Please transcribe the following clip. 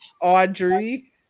Audrey